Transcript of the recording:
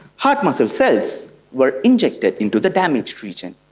heart muscle cells were injected into the damaged region,